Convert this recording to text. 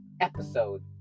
episode